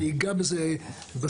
אני אגע בזה בסוף,